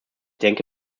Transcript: denke